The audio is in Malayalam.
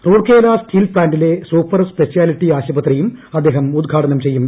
ദ്വൂർക്കേല സ്റ്റീൽ പ്ലാന്റിലെ സൂപ്പർ സ്പെഷ്യാലിറ്റി ആശുപുത്രിയും അദ്ദേഹം ഉദ്ഘാടനം ചെയ്യും